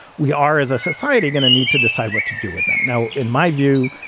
we are as a society going to need to decide what to do with them now. in my view,